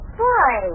boy